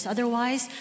Otherwise